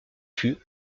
fut